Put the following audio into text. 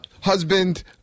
Husband